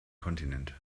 kontinent